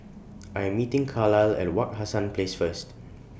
I Am meeting Carlyle At Wak Hassan Place First